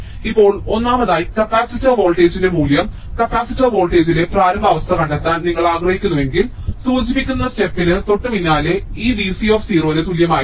ഇപ്പോൾ ഒന്നാമതായി കപ്പാസിറ്റർ വോൾട്ടേജിന്റെ മൂല്യം കപ്പാസിറ്റർ വോൾട്ടേജിലെ പ്രാരംഭ അവസ്ഥ കണ്ടെത്താൻ നിങ്ങൾ ആഗ്രഹിക്കുന്നുവെങ്കിൽ സൂചിപ്പിക്കുന്ന ഘട്ടത്തിന് തൊട്ടുപിന്നാലെ ഇത് Vc ന് തുല്യമായിരിക്കും